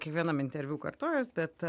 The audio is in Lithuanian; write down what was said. kiekvienam interviu kartojuos bet